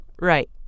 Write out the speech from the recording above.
Right